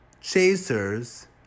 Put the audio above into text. Chasers